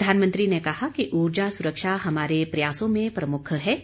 प्रधानमंत्री ने कहा कि ऊर्जा सुरक्षा हमारे प्रयासों में प्रमुख है